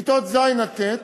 בכיתות ז' ט',